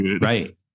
Right